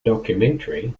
documentary